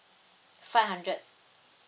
five hundreds